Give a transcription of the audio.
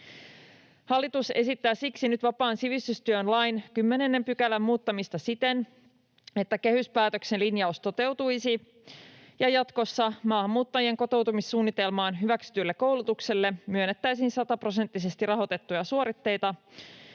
Hallitus esittää siksi vapaan sivistystyön lain 10 §:n muuttamista nyt siten, että kehyspäätöksen linjaus toteutuisi ja jatkossa maahanmuuttajien kotoutumissuunnitelmaan hyväksytylle koulutukselle myönnettäisiin sataprosenttisesti rahoitettuja suoritteita,